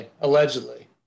allegedly